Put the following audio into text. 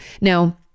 Now